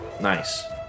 Nice